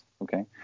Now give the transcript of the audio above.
Okay